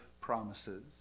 promises